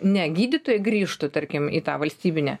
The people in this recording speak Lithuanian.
ne gydytojai grįžtų tarkim į tą valstybinę